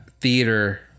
theater